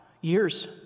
Years